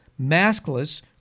maskless